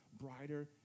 brighter